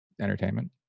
entertainment